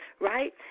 right